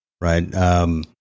right